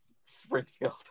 Springfield